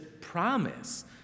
promise